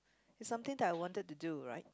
it's something that I wanted to do right